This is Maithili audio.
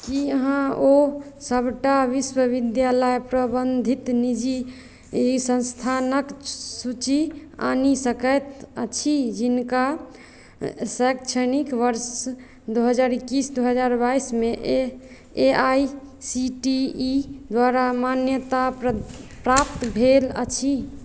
की अहाँ ओ सबटा विश्वविद्यालय प्रबन्धित निजी ई संस्थानक सूचि आनि सकैत अछि जिनका शैक्षणिक वर्ष दू हजार एक्कैस दू हजार बाइसमे A A I C T E द्वारा मान्यता प्र प्राप्त भेल अछि